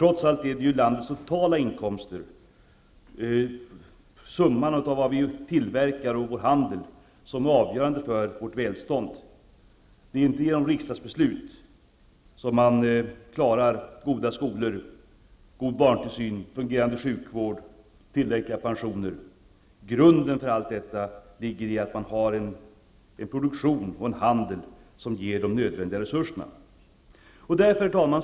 Trots allt är det landets totala inkomster -- summan av vad vi tillverkar och vår handel -- som är avgörande för vårt välstånd. Det är inte genom riksdagsbeslut som man klarar goda skolor, god barntillsyn, fungerande sjukvård och tillräckliga pensioner. Grunden för allt detta ligger i att man har en produktion och en handel som ger de nödvändiga resurserna. Herr talman!